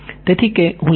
તેથી કે હું લખી શકું